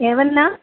एवं न